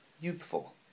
Youthful